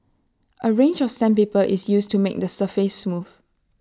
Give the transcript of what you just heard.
A range of sandpaper is used to make the surface smooth